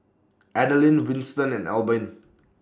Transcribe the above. Adaline Winston and Albin